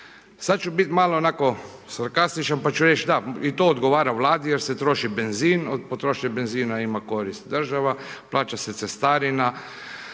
sad ću biti malo onako sarkastičan pa ću reći da i to odgovara Vladi jer se troši benzin, od potrošnje benzina ima korist država, plaća se cestarina